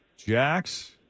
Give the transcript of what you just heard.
Jax